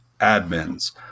admins